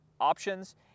options